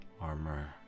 armor